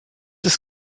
ist